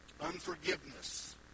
unforgiveness